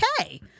okay